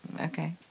okay